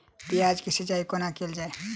प्याज केँ सिचाई कोना कैल जाए?